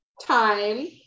time